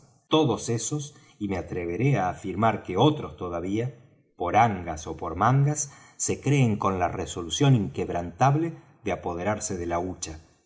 todos esos y me atreveré á afirmar que otros todavía por angas ó por mangas se créen con la resolución inquebrantable de apoderarse de la hucha